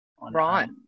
Right